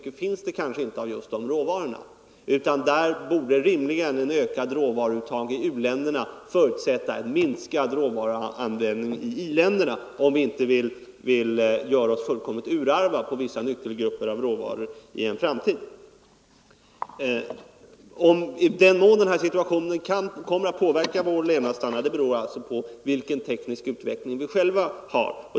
Ett ökat uttag av dessa råvaror i u-länderna borde i stället förutsätta en minskad råvaruanvändning i i-länderna, om vi inte vill göra oss fullständigt urarva på vissa nyckelgrupper av råvaror i en framtid. I vilken mån denna situation kan påverka vår levnadsstandard beror på vilken teknisk utveckling vi själva har.